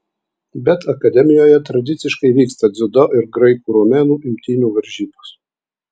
bet akademijoje tradiciškai vyksta dziudo ir graikų romėnų imtynių varžybos